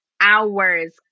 Hours